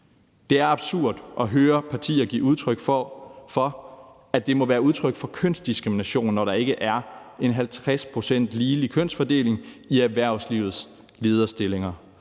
Det er absurd at høre partier give udtryk for, at det må være udtryk for kønsdiskrimination, når der ikke er en 50 pct. ligelig kønsfordeling i erhvervslivets lederstillinger,